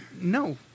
No